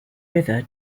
river